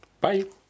Bye